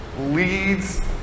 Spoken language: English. leads